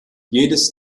jedes